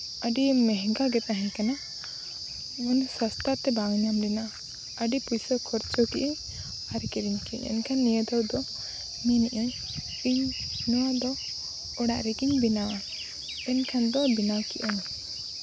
ᱟᱹᱰᱤ ᱢᱮᱦᱜᱟ ᱜᱮ ᱛᱟᱦᱮᱸᱠᱟᱱᱟ ᱱᱚᱣᱟ ᱥᱚᱥᱛᱟ ᱛᱮ ᱵᱟᱝ ᱧᱟᱢ ᱞᱮᱱᱟ ᱟᱹᱰᱤ ᱯᱩᱭᱥᱟᱹ ᱠᱷᱚᱨᱪᱟ ᱠᱮᱫᱼᱟᱹᱧ ᱟᱨ ᱠᱤᱨᱤᱧ ᱠᱮᱫᱼᱟᱹᱧ ᱮᱱᱠᱷᱟᱱ ᱱᱤᱭᱟᱹ ᱫᱷᱟᱣ ᱫᱚ ᱢᱮᱱᱮᱫᱼᱟᱹᱧ ᱤᱧ ᱱᱚᱣᱟ ᱫᱚ ᱚᱲᱟᱜ ᱨᱮᱜᱤᱧ ᱵᱮᱱᱟᱣᱟ ᱮᱱᱠᱷᱟᱱ ᱫᱚ ᱵᱮᱱᱟᱣ ᱠᱮᱫᱼᱟᱹᱧ